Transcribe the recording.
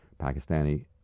Pakistani